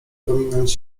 pominąć